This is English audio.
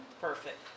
Perfect